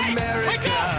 America